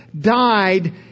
died